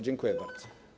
Dziękuję bardzo.